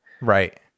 Right